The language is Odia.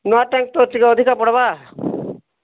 ନୂଆଁ ଟେଙ୍କ୍ ତ ଟିକେ ଅଧିକା ପଡ଼ବା